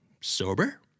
Sober